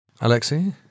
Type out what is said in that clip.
Alexei